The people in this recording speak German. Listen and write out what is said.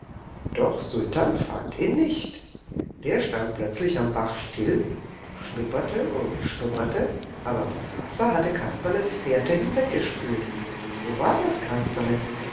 doch sultan fand ihn nicht der stand plötzlich am bach still schnupperte und schnupperte aber das wasser hatte kasperles fährte hinweggespült wo war das kasperle